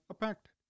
affected